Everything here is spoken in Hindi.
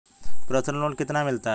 पर्सनल लोन कितना मिलता है?